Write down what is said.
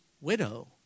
widow